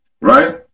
right